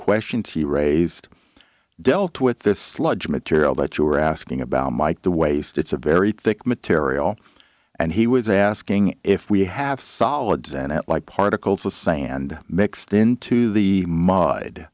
questions he raised dealt with this sludge material that you were asking about mike the waste it's a very thick material and he was asking if we have solids and like particles of sand mixed into the mud